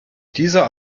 dieser